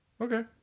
Okay